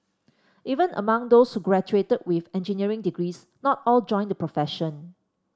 even among those who graduated with engineering degrees not all joined the profession